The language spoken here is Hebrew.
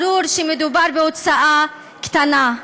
ברור שמדובר בהוצאה קטנה.